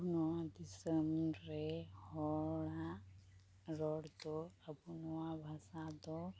ᱟᱵᱚ ᱱᱚᱣᱟ ᱫᱤᱥᱚᱢᱨᱮ ᱦᱚᱲᱟᱜ ᱨᱚᱲᱫᱚ ᱟᱵᱚ ᱱᱚᱣᱟ ᱵᱷᱟᱥᱟᱫᱚ